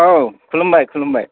औ खुलुमबाय खुलुमबाय